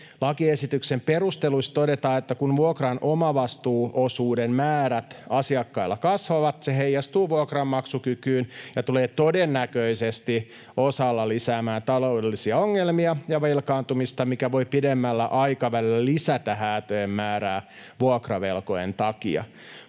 Lakiesityksen perusteluissa todetaan, että kun vuokran omavastuuosuuden määrät asiakkailla kasvavat, se heijastuu vuokranmaksukykyyn ja tulee todennäköisesti osalla lisäämään taloudellisia ongelmia ja velkaantumista, mikä voi pidemmällä aikavälillä lisätä häätöjen määrää vuokravelkojen takia.